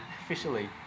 officially